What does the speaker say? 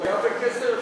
הוא היה בכס היושב-ראש.